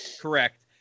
Correct